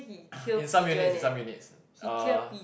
in some units in some units uh